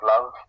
Love